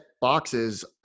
boxes